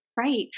Right